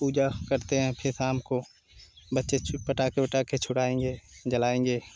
पूजा करते हैं फिर शाम को बच्चे पटाखे वटाखे छुड़ाएंगे जलाएँगे